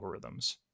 algorithms